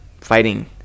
fighting